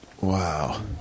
Wow